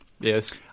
Yes